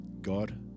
God